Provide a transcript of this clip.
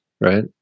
right